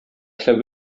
llyfr